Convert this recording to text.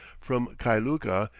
from kailuka,